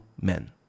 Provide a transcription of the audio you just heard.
men